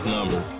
number